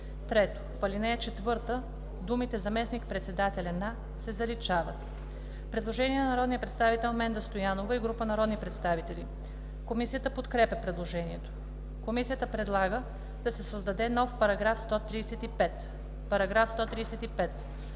3. В ал. 4 думите „заместник-председателя на“ се заличават.“ Предложение на народния представител Менда Стоянова и група народни представители. Комисията подкрепя предложението. Комисията предлага да се създаде нов § 135: „§ 135.